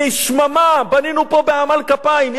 משממה, בנינו פה בעמל כפיים.